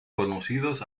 conocidos